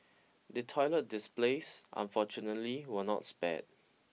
the toilet displays unfortunately were not spared